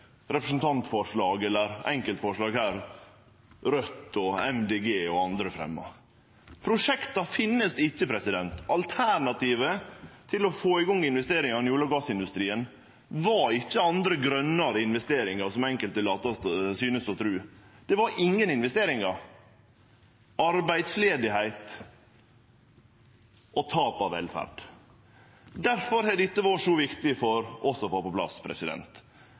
representantforslag eller enkeltforslag som Raudt og Miljøpartiet Dei Grøne og andre fremjar her. Prosjekta finst ikkje. Alternativet til å få i gang investeringane i olje- og gassindustrien var ikkje andre grønare investeringar, som enkelte syntest å tru – det var ingen investeringar, arbeidsledigheit og tap av velferd. Derfor har dette vore så viktig for oss å få på plass,